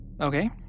Okay